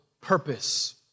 purpose